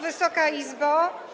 Wysoka Izbo!